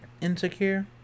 insecure